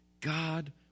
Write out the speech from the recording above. God